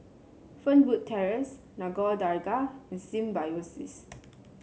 Fernwood Terrace Nagore Dargah and Symbiosis